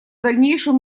дальнейшую